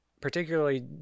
particularly